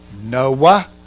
Noah